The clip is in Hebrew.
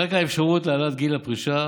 על רקע האפשרות להעלאת גיל הפרישה,